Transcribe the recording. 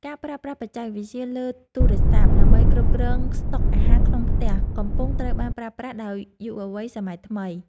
ការប្រើប្រាស់បច្ចេកវិទ្យាលើទូរស័ព្ទដើម្បីគ្រប់គ្រងស្តុកអាហារក្នុងផ្ទះកំពុងត្រូវបានប្រើប្រាស់ដោយយុវវ័យសម័យថ្មី។